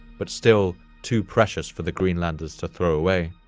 but still too precious for the greenlanders to throw away.